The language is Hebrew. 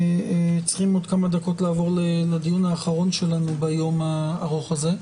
אנחנו צריכים עוד כמה דקות לעבור לדיון האחרון שלנו ביום הארוך הזה.